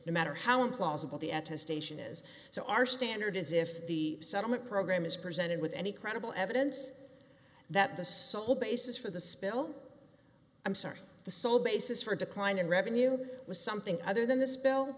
no matter how implausible the attestation is so our standard is if the settlement program is presented with any credible evidence that the sole basis for the spill i'm sorry the sole basis for a decline in revenue was something other than this bill